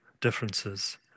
differences